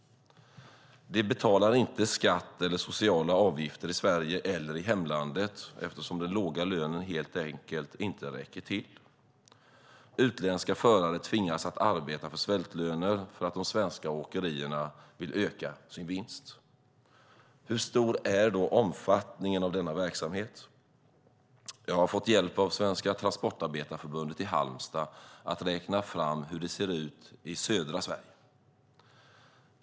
De betalar inte skatt eller sociala avgifter i Sverige eller i hemlandet, eftersom den låga lönen helt enkelt inte räcker till. Utländska förare tvingas att arbeta för svältlöner för att de svenska åkerierna vill öka sin vinst. Hur stor är då omfattningen av denna verksamhet? Jag har fått hjälp av Svenska Transportarbetareförbundet i Halmstad med att räkna fram hur det ser ut i södra Sverige.